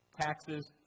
Taxes